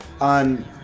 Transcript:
on